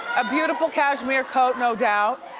a beautiful cashmere coat, no doubt.